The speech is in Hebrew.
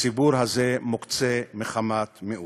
הציבור הזה מוקצה מחמת מיאוס.